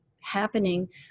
happening